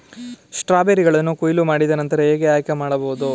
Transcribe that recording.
ಸ್ಟ್ರಾಬೆರಿಗಳನ್ನು ಕೊಯ್ಲು ಮಾಡಿದ ನಂತರ ಹೇಗೆ ಆಯ್ಕೆ ಮಾಡಬಹುದು?